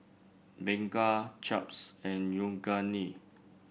Bengay Chaps and Yoogane